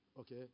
okay